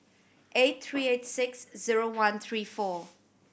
eight three eight six zero one three four